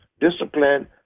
discipline